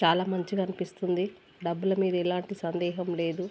చాలా మంచిగా అనిపిస్తుంది డబ్బుల మీద ఎలాంటి సందేహం లేదు